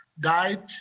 died